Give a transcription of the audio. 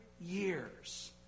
years